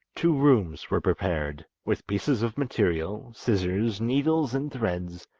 two rooms were prepared, with pieces of material, scissors, needles and threads,